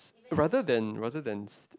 rather than rather than st~